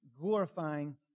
glorifying